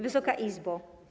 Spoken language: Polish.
Wysoka Izbo!